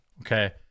Okay